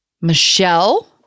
Michelle